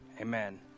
Amen